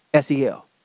SEL